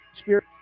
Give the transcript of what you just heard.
Spirit